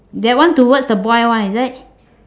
that one towards the boy one is it